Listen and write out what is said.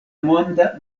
monda